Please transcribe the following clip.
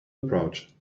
approach